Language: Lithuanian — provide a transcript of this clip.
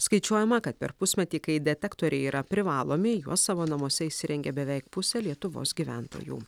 skaičiuojama kad per pusmetį kai detektoriai yra privalomi juos savo namuose įsirengė beveik pusė lietuvos gyventojų